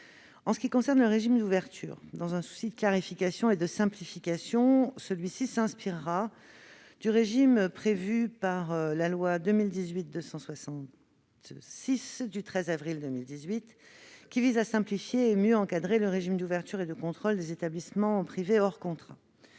En ce qui concerne le régime d'ouverture, dans un souci de clarification et de simplification, il s'inspirera du régime prévu par la loi n° 2018-266 du 13 avril 2018 visant à simplifier et à mieux encadrer le régime d'ouverture et de contrôle des établissements privés hors contrat.